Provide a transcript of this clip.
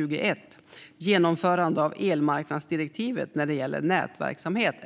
den. Genomförande av elmarknadsdirektivet när det gäller nät-verksamhet